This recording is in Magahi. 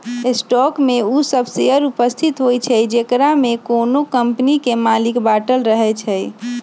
स्टॉक में उ सभ शेयर उपस्थित होइ छइ जेकरामे कोनो कम्पनी के मालिक बाटल रहै छइ